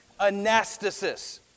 Anastasis